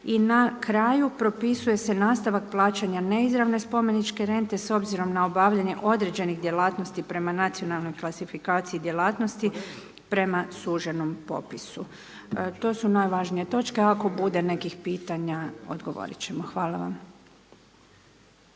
I na kraju propisuje se nastavak plaćanja neizravne spomeničke rente s obzirom na obavljanje određenih djelatnosti prema nacionalnoj klasifikaciji djelatnosti prema suženom popisu. To su najvažnije točke, ako bude nekih pitanja odgovoriti ćemo. Hvala vam.